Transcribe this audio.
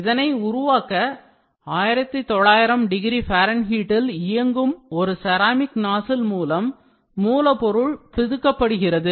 இதனை உருவாக்க 1900 பாரன்ஹீட்டில் இயங்கும் ஒரு செராமிக் நாசில் மூலம் மூலப்பொருள் பிதுக்கப்படுகிறது